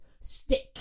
stick